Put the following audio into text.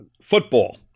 football